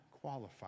qualified